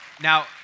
Now